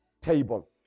table